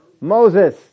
Moses